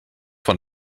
von